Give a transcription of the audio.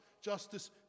justice